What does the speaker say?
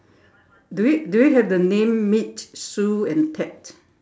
do you do you have the name meet Sue and Ted